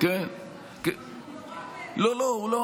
זה שונה מאוד, הוא לא.